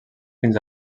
fins